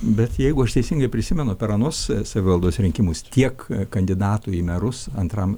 bet jeigu aš teisingai prisimenu per anuos savivaldos rinkimus tiek kandidatų į merus antram